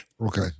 Okay